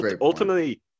ultimately